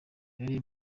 yari